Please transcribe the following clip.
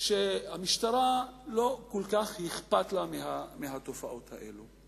שהמשטרה לא כל כך אכפת לה מהתופעות האלה.